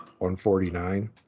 149